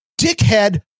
dickhead